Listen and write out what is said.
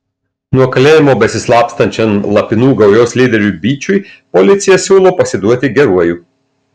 nuo kalėjimo besislapstančiam lapinų gaujos lyderiui byčiui policija siūlo pasiduoti geruoju